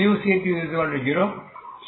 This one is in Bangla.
so c20